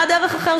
בעד ערך אחר,